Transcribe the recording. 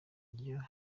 iyo